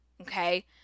okay